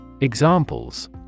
Examples